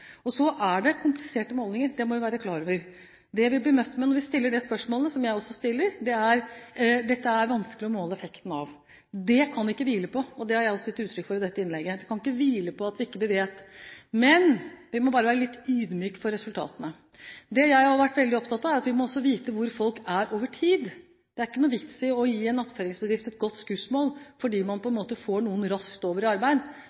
er kompliserte målinger – det må vi være klar over. Det vi blir møtt med når vi stiller disse spørsmålene, som jeg også stiller, er at det er vanskelig å måle effekten av dette. Det kan vi ikke hvile på, og det har jeg også gitt uttrykk for i dette innlegget. Vi kan ikke hvile på at vi ikke vet, men vi må bare være litt ydmyke for resultatene. Det jeg har vært veldig opptatt av, er at vi også må vite hvor folk er over tid. Det er ikke noe vits i å gi en atføringsbedrift et godt skussmål fordi man får noen raskt over i arbeid.